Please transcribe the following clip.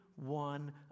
one